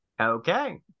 Okay